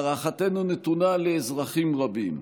הערכתנו נתונה לאזרחים רבים,